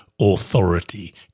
authority